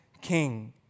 King